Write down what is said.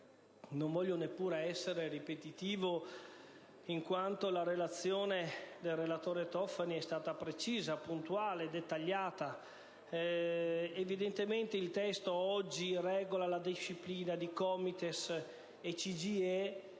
non voglio neppure essere ripetitivo, in quanto la relazione del senatore Tofani è stata precisa, puntuale e dettagliata. Evidentemente il testo oggi regolamenta i COMITES e il